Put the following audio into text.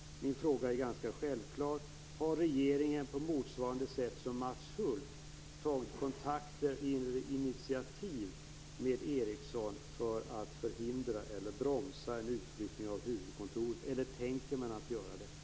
Min fråga är ganska självklar: Har regeringen, på motsvarande sätt som Mats Hulth, tagit kontakter med Ericsson för att förhindra eller bromsa en utflyttning av huvudkontoret eller tänker man göra detta?